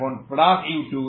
এখন plus u2